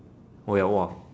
oh ya !wah!